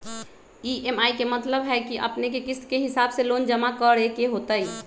EMI के मतलब है कि अपने के किस्त के हिसाब से लोन जमा करे के होतेई?